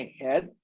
head